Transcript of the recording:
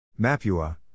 Mapua